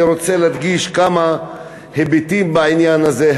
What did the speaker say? אני רוצה להדגיש כמה היבטים בעניין הזה.